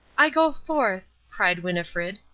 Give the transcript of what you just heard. i go forth, cried winnifred,